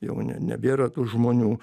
jau nebėra tų žmonių